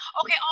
okay